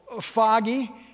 foggy